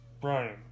Brian